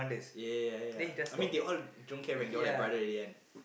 ya ya ya I mean they all don't care rank they all like brother already one